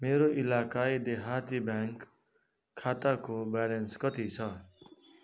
मेरो इलाकाई देहाती ब्याङ्क खाताको ब्यालेन्स कति छ